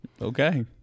Okay